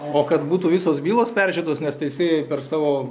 o kad būtų visos bylos peržiūrėtos nes teisėjai per savo